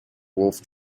wolf